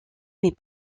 mais